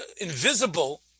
invisible